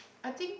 I think